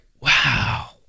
wow